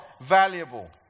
valuable